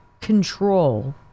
control